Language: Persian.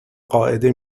قاعده